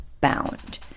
bound